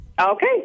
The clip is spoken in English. Okay